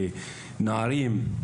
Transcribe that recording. וגם לנערים,